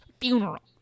funeral